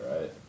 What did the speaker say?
right